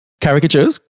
Caricatures